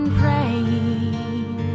praying